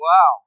Wow